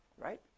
right